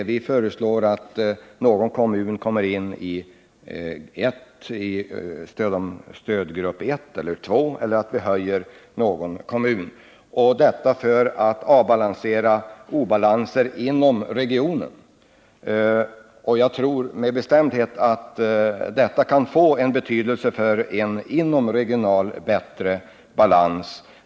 Vad vi föreslår är att en och annan kommun kommer in i stödgrupp 1 eller 2 och att vissa kommuner flyttas upp tillen högre stödgrupp — detta för att få bort obalanser inom regionen. Jag tror med bestä ndhet att det kan få betydelse för en bättre inomregional balans.